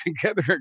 together